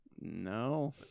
No